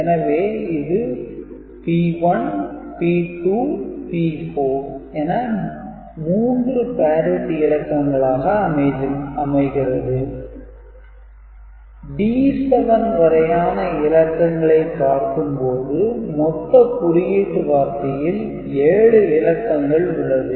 எனவே இது P1 P2 P4 என 3 parity இலக்கங்களாக அமைகிறது D7 வரையான இலக்கங்களை பார்க்கும்போது மொத்த குறியீட்டு வார்த்தையில் 7 இலக்கங்கள் உள்ளது